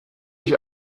ich